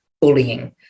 bullying